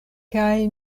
kaj